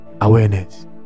Awareness